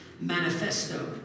manifesto